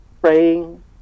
praying